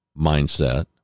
mindset